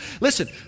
Listen